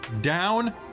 Down